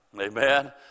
Amen